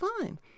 fine